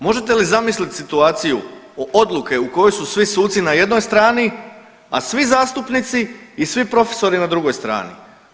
Možete li zamisliti situaciju odluke u kojoj su svi suci na jednoj strani, a svi zastupnici i svi profesori na drugoj strani.